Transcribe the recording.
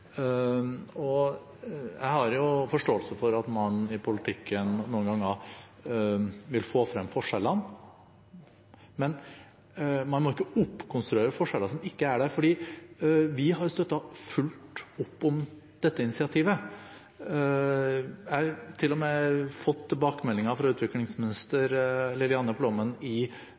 Jeg har forståelse for at man i politikken noen ganger vil få fram forskjellene, men man må ikke oppkonstruere forskjeller som ikke er der, for vi har støttet fullt opp om dette initiativet. Jeg har til og med fått tilbakemeldinger fra utviklingsminister Lilianne Ploumen i